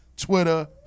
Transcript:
Twitter